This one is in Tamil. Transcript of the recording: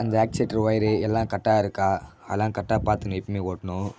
அந்த ஆக்சிலேட்ரு ஒயரு எல்லாம் கரெக்டாக இருக்கா அதெலாம் கரெக்டா பார்த்துக்கினு எப்பயுமே ஓடணும்